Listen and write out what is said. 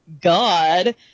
God